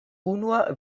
unua